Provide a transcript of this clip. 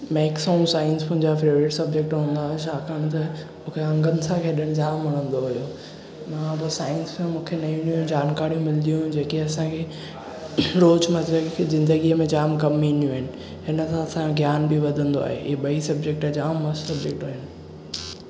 maths ऐं science मुंहिंजो favourite subject हूंदा होया छाकाणि त मूंखे अंगनि सां खेॾणु जाम वणंदो होयो मां त साइंस में मूंखे नयूं नयूं जानकारियूं मिलंदियूं जेके असांखे रोज़मर्रा की ज़िंदगीअ में जाम कमु ईंदियूं आहिनि हिन खां असांजो ज्ञान बि वधंदो आहे ही ॿई सब्जेक्ट जाम मस्त सब्जेक्ट आहिनि